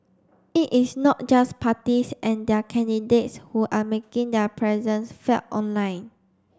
it is not just parties and their candidates who are making their presence felt online